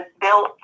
built